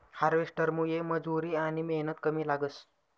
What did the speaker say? हार्वेस्टरमुये मजुरी आनी मेहनत कमी लागस